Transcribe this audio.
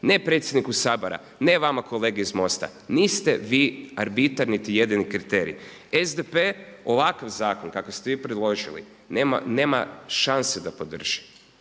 Ne predsjedniku Sabora, ne vama kolege iz MOST-a, niste vi arbitar niti jedini kriterij. SDP ovakav zakon kakav ste vi predložili nema šanse da podrži,